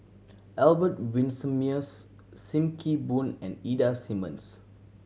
Albert Winsemius Sim Kee Boon and Ida Simmons